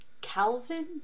Calvin